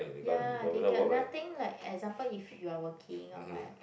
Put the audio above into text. ya they get nothing like example if you are working or like